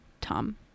Tom